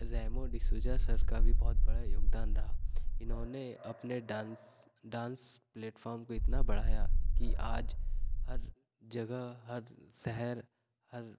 Remo D'Souza sir का भी बहुत बड़ा योगदान रहा इन्होंने अपने डांस डांस प्लेटफॉर्म को इतना बढ़ाया कि आज हर जगह हर शहर हर